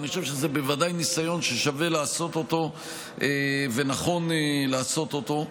וני חושב שזה בוודאי ניסיון ששווה ונכון לעשות אותו,